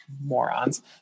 morons